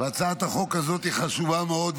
הצעת החוק הזאת חשובה מאוד,